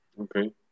Okay